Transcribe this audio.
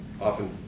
often